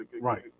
right